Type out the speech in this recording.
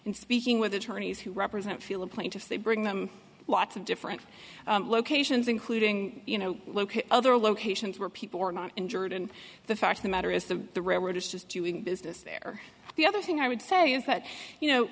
in speaking with attorneys who represent feel a plaintiff they bring them lots of different locations including you know other locations where people are not injured and the fact of the matter is the railroad is just doing business there the other thing i would say is that you know